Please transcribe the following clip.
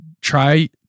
try